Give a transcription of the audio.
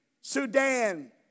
Sudan